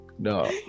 no